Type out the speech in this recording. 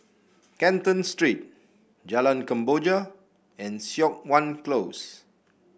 Canton Street Jalan Kemboja and Siok Wan Close